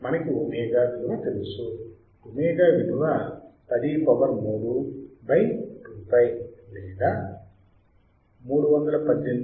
మనకి ఒమేగా విలువ తెలుసు ఒమేగా విలువ 103 by 2π or 318